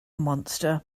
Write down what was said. monster